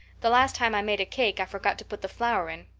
the last time i made a cake i forgot to put the flour in.